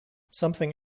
something